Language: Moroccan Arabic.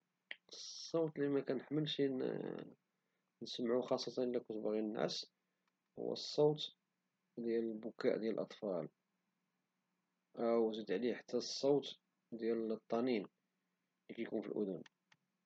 الصوت لي مكنحملشي نسمعو خاصة اذا كنت باغي ننعس هو الصوت ديال بكاء الأطفال وزيد عليه حتى الصوت ديال الطنين لي كيكون في الأذن.